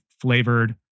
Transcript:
flavored